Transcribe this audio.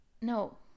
No